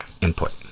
input